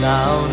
Now